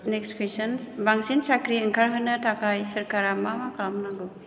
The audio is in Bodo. नेक्स कुयसन बांसिन साख्रि ओंखारहोनो थाखाय सोरकारा मा मा खालामनांगौ